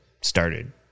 started